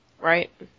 Right